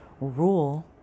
rule